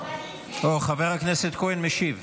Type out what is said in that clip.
חבר הכנסת כהן משיב.